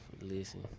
Listen